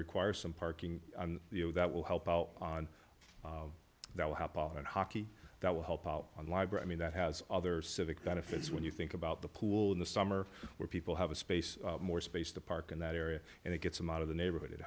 requires some parking you know that will help out on that will help out in hockey that will help on library i mean that has other civic benefits when you think about the pool in the summer where people have a space more space to park in that area and it gets them out of the neighborhood it